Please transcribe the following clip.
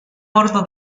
bordo